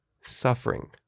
suffering